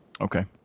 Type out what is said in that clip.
Okay